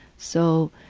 so